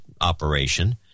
operation